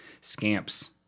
scamps